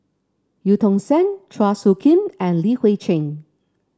Eu Tong Sen Chua Soo Khim and Li Hui Cheng